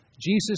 Jesus